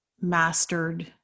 mastered